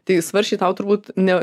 tai svarsčiai tau turbūt ne